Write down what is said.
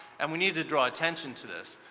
and we need to draw attention to this.